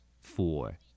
four